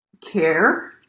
care